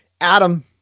Adam